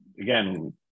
again